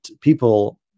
people